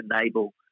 enable